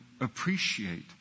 appreciate